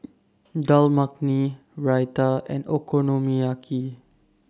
Dal Makhani Raita and Okonomiyaki